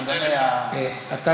אדוני חבר הכנסת?